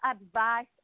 advice